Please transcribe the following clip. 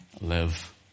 live